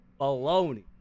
Baloney